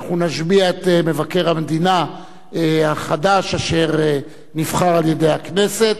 אנחנו נשביע את מבקר המדינה החדש אשר נבחר על-ידי הכנסת.